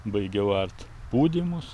baigiau art pūdymus